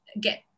get